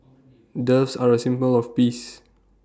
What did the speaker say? doves are A symbol of peace